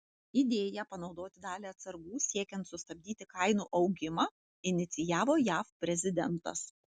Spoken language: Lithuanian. idėją panaudoti dalį atsargų siekiant sustabdyti kainų augimą inicijavo jav prezidentas